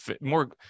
more